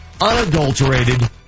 unadulterated